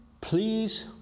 please